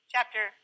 Chapter